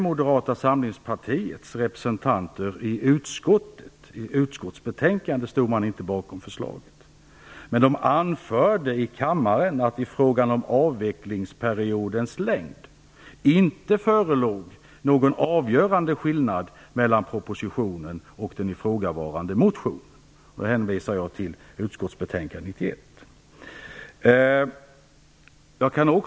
Moderata samlingspartiets representanter i utskottet stod inte bakom förslaget i betänkandet, men de anförde i kammaren att det i fråga om avvecklingsperiodens längd inte förelåg någon avgörande skillnad mellan propositionen och den ifrågavarande motionen. Jag hänvisar till utskottsbetänkandet från 1991.